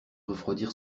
refroidir